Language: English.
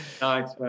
Nice